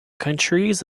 countries